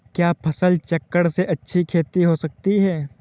क्या फसल चक्रण से अच्छी खेती हो सकती है?